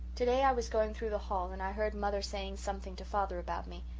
today i was going through the hall and i heard mother saying something to father about me.